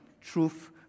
truth